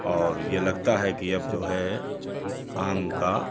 और ये लगता है कि अब जो है आम का